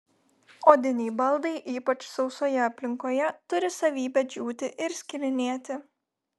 odiniai baldai ypač sausoje aplinkoje turi savybę džiūti ir skilinėti